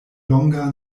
longa